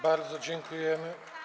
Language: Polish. Bardzo dziękujemy.